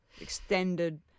Extended